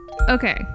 Okay